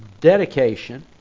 dedication